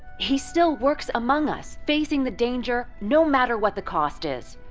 he still works among us, facing the danger, no matter what the cost is,